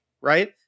Right